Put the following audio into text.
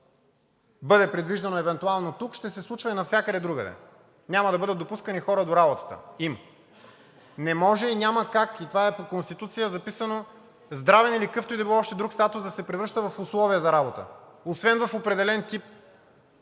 бъде предвиждано евентуално тук, ще се случва и навсякъде другаде – няма да бъдат допускани хора до работата им. Не може и няма как – и това е по Конституция записано – здравен или какъвто и да било още друг статус да се превръща в условие за работа, освен в определен тип